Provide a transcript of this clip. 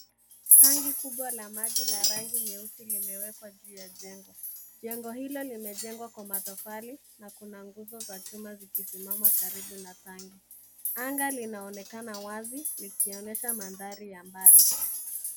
Tangi kubwa la maji la rangi nyeusi limewekwa juu ya jengo. Jengo hilo limejengwa kwa matofali, na kuna nguzo za chuma zikisimama karibu na tangi. Anga linaonekana wazi, likionesha mandhari ya mbali.